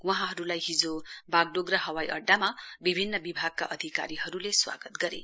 वहाँहरूलाई हिजो वाग्डोगरा हवाईअङ्डामा विभिन्न विभागका अधिकारीहरूले स्वागत गरे